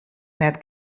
net